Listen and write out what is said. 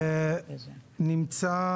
נמצא